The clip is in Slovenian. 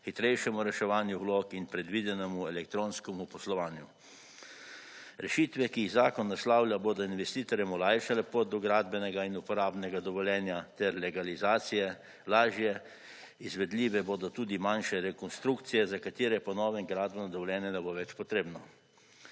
hitrejšemu reševanju vlog in predvidenemu elektronskemu poslovanju. Rešitve, ki jih zakon naslavlja bodo investitorjem olajšale pot do gradbenega in uporabnega dovoljenja ter legalizacije, lažje izvedljive bodo tudi manjše rekonstrukcije, za katere po novem gradbeno dovoljenje ne bo več potrebno.